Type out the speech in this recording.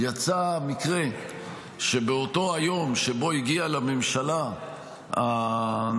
יצא מקרה שבאותו היום שבו הגיע לממשלה הנושא